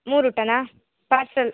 ಮೂರು ಊಟನಾ ಪಾರ್ಸಲ್